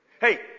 Hey